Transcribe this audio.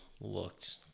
looked